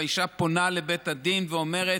והאישה פונה לבית הדין ואומרת: